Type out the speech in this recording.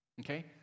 Okay